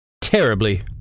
terribly